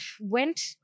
went